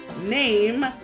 name